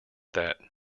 that